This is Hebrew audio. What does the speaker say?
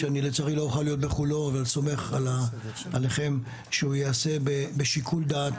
שאני לצערי לא אוכל להיות בכולו אבל סומך עליכם שהוא יעשה בשיקול דעת,